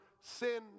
sin